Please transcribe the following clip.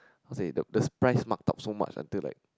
cause they the price marked up so much until like